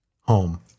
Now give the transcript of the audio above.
home